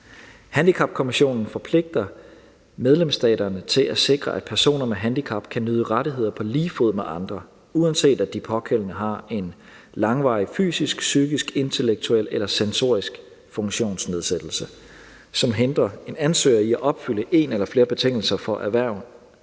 Handicapkonventionen forpligter medlemsstaterne til at sikre, at personer med handicap kan nyde rettigheder på lige fod med andre, uanset at de pågældende har en langvarig fysisk, psykisk, intellektuel eller sensorisk funktionsnedsættelse, som hindrer en ansøger i at opfylde en eller flere betingelser for at erhverve